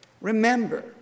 Remember